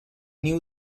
new